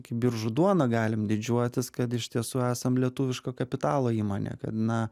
kaip biržų duona galim didžiuotis kad iš tiesų esam lietuviško kapitalo įmonė na